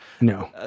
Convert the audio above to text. No